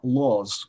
laws